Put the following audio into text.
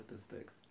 statistics